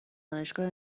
دانشگاه